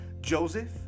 Joseph